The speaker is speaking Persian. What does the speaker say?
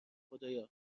خدایا